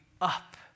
up